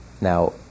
now